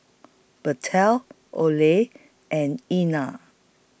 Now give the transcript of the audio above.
Bethel Ollie and Ena